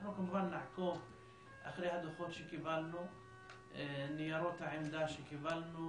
אנחנו כמובן נעקוב אחרי הדוחות שקיבלנו וניירות העמדה שקיבלנו